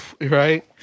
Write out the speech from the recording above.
Right